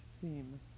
theme